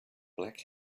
black